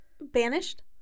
Banished